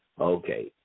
okay